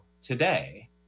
Today